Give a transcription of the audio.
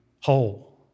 whole